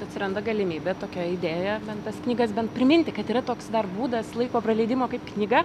atsiranda galimybė tokia idėja bent tas knygas bent priminti kad yra toks dar būdas laiko praleidimo kaip knyga